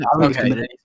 Okay